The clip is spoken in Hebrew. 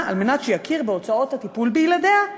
על מנת שיכיר בהוצאות הטיפול בילדיה.